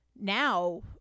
now